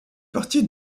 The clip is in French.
partie